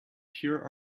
pure